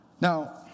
Now